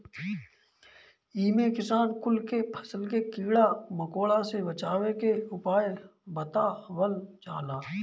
इमे किसान कुल के फसल के कीड़ा मकोड़ा से बचावे के उपाय बतावल जाला